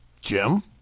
Jim